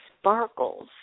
sparkles